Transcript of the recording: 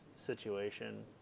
situation